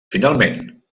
finalment